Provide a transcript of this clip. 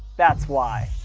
that's why.